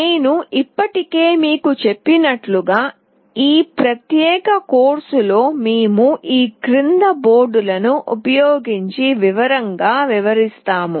నేను ఇప్పటికే మీకు చెప్పినట్లుగా ఈ ప్రత్యేక కోర్సులో మేము ఈ క్రింది బోర్డులను ఉపయోగించి వివరంగా వివరిస్తాము